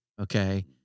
Okay